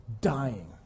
dying